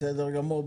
בסדר גמור.